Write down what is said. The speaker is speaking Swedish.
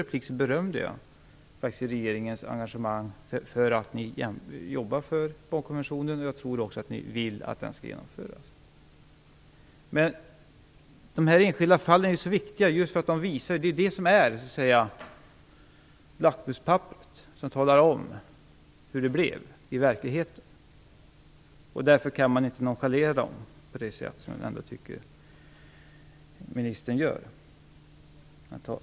Tvärtom berömde jag regeringens engagemang i arbetet med barnkonventionen. Jag tror också att ni vill att den skall genomföras. Men de enskilda fallen är viktiga därför att det är dessa som är lackmuspapperet som visar hur det blev i verkligheten. Dem kan man inte nonchalera på det sätt som jag ändå tycker att ministern gör.